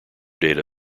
data